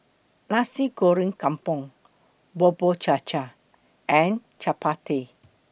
Nasi Goreng Kampung Bubur Cha Cha and Chappati